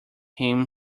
him